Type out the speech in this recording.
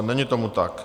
Není tomu tak.